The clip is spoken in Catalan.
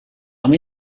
amb